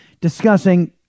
discussing